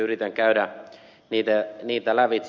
yritän käydä niitä lävitse